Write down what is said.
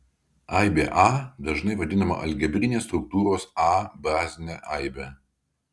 aibė a dažnai vadinama algebrinės struktūros a bazine aibe